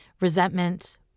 resentment